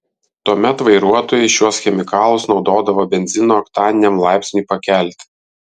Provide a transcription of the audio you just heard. tuomet vairuotojai šiuos chemikalus naudodavo benzino oktaniniam laipsniui pakelti